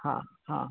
हाँ हाँ